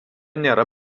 nėra